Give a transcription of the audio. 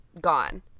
gone